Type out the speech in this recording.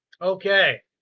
Okay